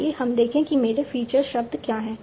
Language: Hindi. आइए हम देखें कि मेरे फीचर्स शब्द क्या हैं